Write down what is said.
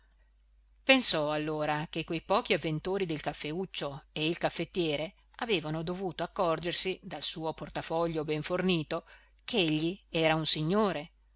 pensò allora che quei pochi avventori del caffeuccio e il caffettiere avevano dovuto accorgersi dal suo portafogli ben fornito ch'egli era un signore